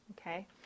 Okay